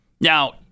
Now